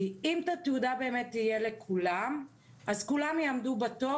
כי אם את התעודה יהיה לכולם אז כולם יעמדו בתור,